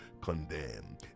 condemn